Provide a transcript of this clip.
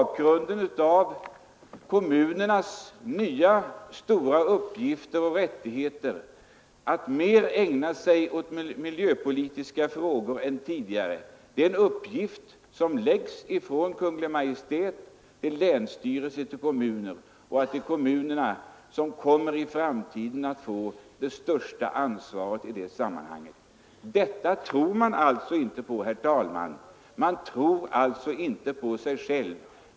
Kommunerna har fått nya stora uppgifter och rättigheter och kommer att mer ägna sig åt miljöpolitiska frågor än tidigare. Det är en uppgift som läggs från Kungl. Maj:t till länsstyrelser och kommuner. I framtiden får kommunerna det största ansvaret i detta sammanhang. Detta tror man alltså inte på, herr talman. Man tror inte på sig själv.